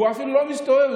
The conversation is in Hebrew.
והוא אפילו לא מסתובב,